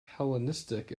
hellenistic